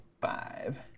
Five